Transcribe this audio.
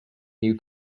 new